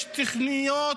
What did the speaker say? יש תוכניות